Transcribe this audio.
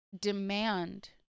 demand